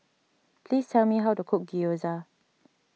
please tell me how to cook Gyoza